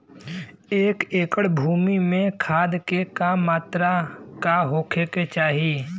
एक एकड़ भूमि में खाद के का मात्रा का होखे के चाही?